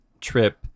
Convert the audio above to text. trip